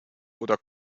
oder